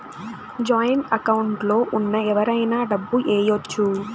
joint account లో ఉన్న ఎవరైనా డబ్బు ఏయచ్చు